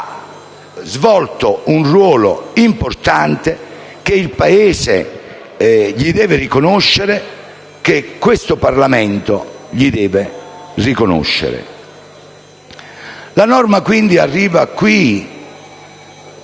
svolto un ruolo importante, che il Paese le deve riconoscere e che questo Parlamento le deve riconoscere. La norma, quindi, arriva in